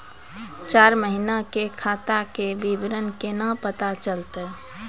चार महिना के खाता के विवरण केना पता चलतै?